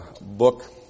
book